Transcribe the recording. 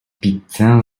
pizzę